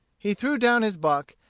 he threw down his buck,